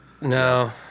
No